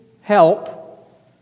help